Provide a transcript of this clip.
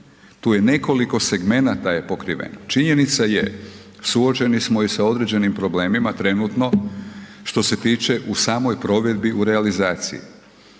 tu je nekoliko segmenata je pokriveno. Činjenica je, suočeni smo i sa određenim problemima trenutno što se tiče u samoj provedbi, u realizaciji.